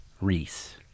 Reese